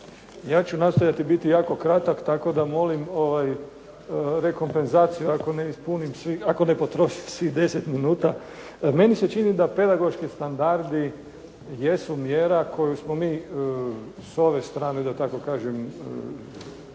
Ja ću nastojati biti jako kratak tako da molim rekompenzaciju ako ne potrošim svih 10 minuta. Meni se čini da pedagoški standardi jesu mjera koju smo mi s ove strane, da tako kažem,